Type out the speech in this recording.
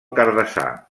cardassar